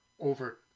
over